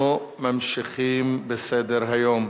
אנחנו ממשיכים בסדר-היום.